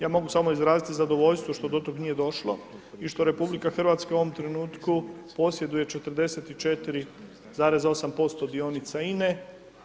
Ja mogu samo izraziti zadovoljstvo što do tog nije došlo i što RH u ovom trenutku posjeduje 44,8% dionica INA-e.